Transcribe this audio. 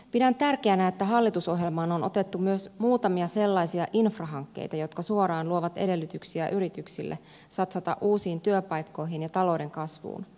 pidän tärkeänä että hallitusohjelmaan on otettu myös muutamia sellaisia infrahankkeita jotka suoraan luovat edellytyksiä yrityksille satsata uusiin työpaikkoihin ja talouden kasvuun